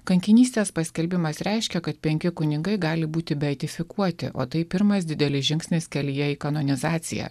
kankinystės paskelbimas reiškia kad penki kunigai gali būti beatifikuoti o tai pirmas didelis žingsnis kelyje į kanonizaciją